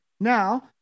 Now